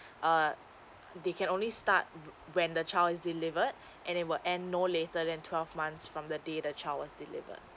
err they can only start when the child is delivered and it will end no later than twelve months from the day the child was delivered